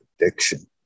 addiction